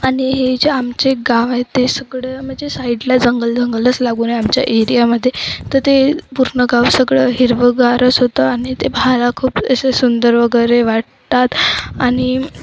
आणि हे जे आमचे गाव आहे ते सगळं म्हणजे साईडला जंगल जंगलच लागून आहे आमच्या एरियामध्ये तर ते पूर्ण गाव सगळं हिरवंगारच होतं आणि ते पाहायला खूप असं सुंदर वगैरे वाटतात आणि